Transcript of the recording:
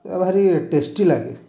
ଭାରି ଟେଷ୍ଟି ଲାଗେ